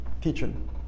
teaching